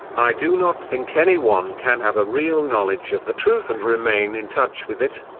i do not think any one can have a real knowledge of the truth and remain in touch with it,